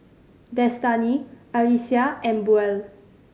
Destany Alecia and Buell